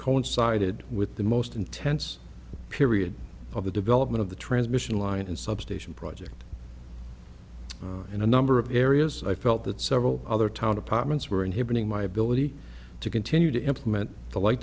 coincided with the most intense period of the development of the transmission line and substation project in a number of areas i felt that several other town apartments were inhibiting my ability to continue to implement the li